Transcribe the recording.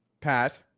Pat